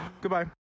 Goodbye